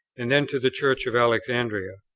and then to the church of alexandria.